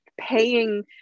paying